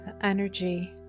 energy